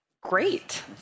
great